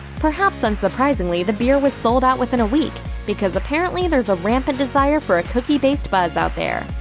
perhaps unsurprisingly, the beer was sold out within a week because apparently, there's a rampant desire for a cookie-based buzz out there.